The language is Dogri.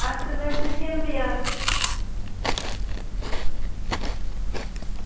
अस बस इत्थै होंदे आं